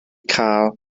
cael